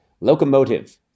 locomotive